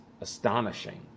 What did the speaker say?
astonishing